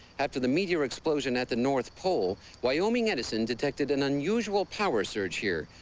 after the meteor explosion at the north pole wyoming edison detected an unusual power surge here.